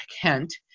Kent